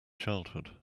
childhood